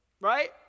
Right